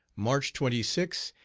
march twenty six,